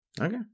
Okay